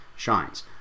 shines